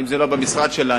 אבל אם זה לא במשרד שלנו,